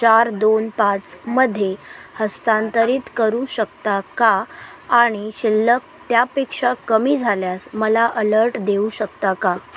चार दोन पाचमध्ये हस्तांतरित करू शकता का आणि शिल्लक त्यापेक्षा कमी झाल्यास मला अलर्ट देऊ शकता का